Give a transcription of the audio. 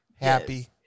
happy